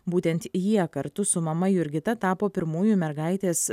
būtent jie kartu su mama jurgita tapo pirmųjų mergaitės